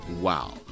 Wow